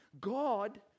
God